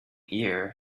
year